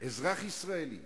אזרח ישראלי,